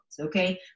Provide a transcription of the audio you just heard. okay